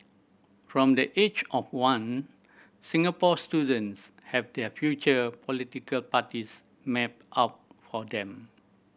from the age of one Singapore students have their future political parties mapped out for them